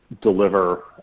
deliver